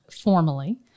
formally